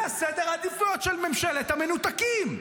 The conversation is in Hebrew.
זה סדר העדיפויות של ממשלת המנותקים.